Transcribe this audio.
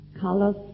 colors